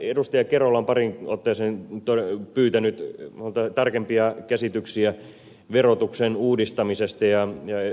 kerola on pariin otteeseen pyytänyt tarkempia käsityksiä verotuksen uudistamisesta ja ed